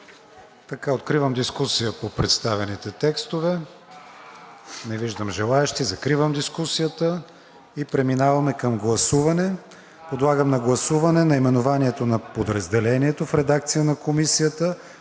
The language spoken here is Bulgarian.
Откривам дискусия по представените текстове. Не виждам желаещи. Закривам дискусията и преминаваме към гласуване. Подлагам на гласуване наименованието на Подразделението в редакция на Комисията;